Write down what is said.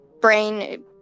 Brain